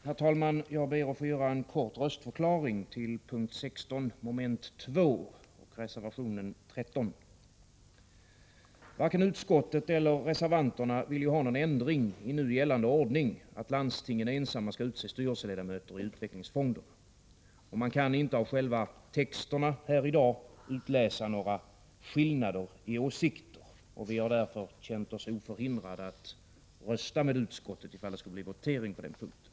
Herr talman! Jag ber att få göra en kort röstförklaring till punkt 16 mom. 2 och reservation 13. Varken utskottet eller reservanterna vill ha någon ändring i nu gällande ordning — att landstingen ensamma skall utse styrelseledamöterna i utvecklingsfonderna — och man kan inte av själva texterna utläsa några skillnader i åsikter. Vi har därför känt oss oförhindrade att rösta med utskottet, om det skulle bli votering på den punkten.